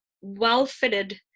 well-fitted